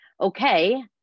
okay